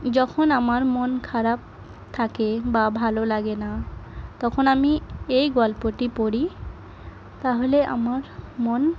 যখন আমার মন খারাপ থাকে বা ভালো লাগে না তখন আমি এই গল্পটি পড়ি তাহলে আমার মন